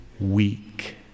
weak